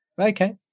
okay